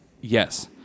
Yes